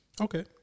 Okay